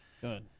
Good